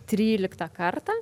tryliktą kartą